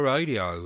Radio